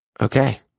okay